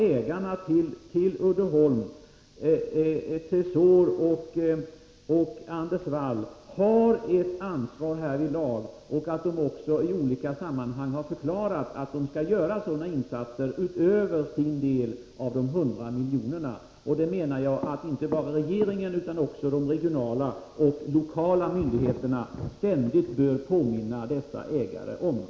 Ägarna till Uddeholm — Tresor och Anders Wall — har ett ansvar härvidlag, och de har också i olika sammanhang förklarat, att de skall göra sådana insatser utöver sin andel av de 100 miljonerna. Jag menar att inte bara regeringen utan också de regionala och lokala myndigheterna ständigt bör påminna dessa ägare därom.